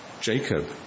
Jacob